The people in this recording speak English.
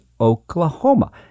Oklahoma